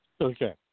Okay